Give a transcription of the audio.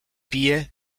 pije